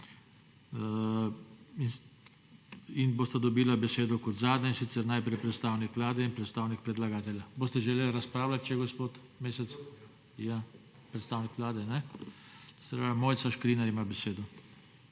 in bosta dobila besedo kot zadnja, in sicer, najprej predstavnik Vlade in predstavnik predlagatelja. Boste želeli razpravljat še gospod Mesec? (Da.) Predstavnik Vlade? (Ne.) Mojca Škrinjar ima besedo.